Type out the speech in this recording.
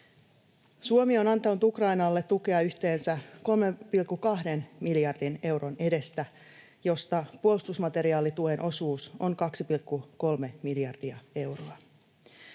Suomi on antanut Ukrainalle tukea yhteensä 3,2 miljardin euron edestä, mistä puolustusmateriaalituen osuus on 2,3 miljardia euroa.